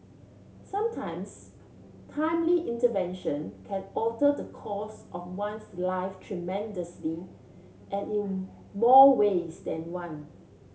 sometimes timely intervention can alter the course of one's life tremendously and in more ways than one